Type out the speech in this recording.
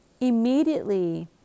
immediately